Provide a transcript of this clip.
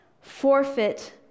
forfeit